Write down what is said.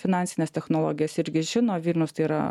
finansines technologijas irgi žino vilnius tai yra